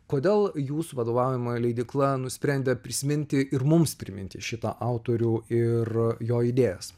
kodėl jūsų vadovaujama leidykla nusprendė prisiminti ir mums priminti šitą autorių ir jo idėjas